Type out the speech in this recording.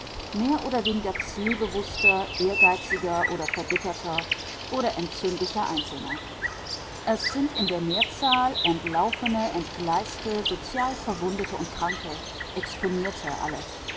mehr oder weniger zielbewußter ehrgeiziger oder verbitterter oder entzündlicher einzelner es sind in der mehrzahl entlaufene entgleiste sozial verwundete und kranke exponierte alle